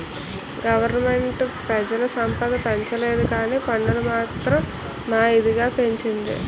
government పెజల సంపద పెంచలేదుకానీ పన్నులు మాత్రం మా ఇదిగా పెంచింది